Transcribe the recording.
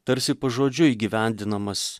tarsi pažodžiui įgyvendinamas